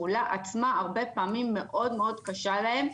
הפעולה עצמה הרבה פעמים מאוד מאוד קשה להם,